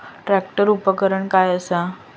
Tractor उपकरण काय असा?